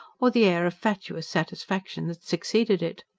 or the air of fatuous satisfaction that succeeded it.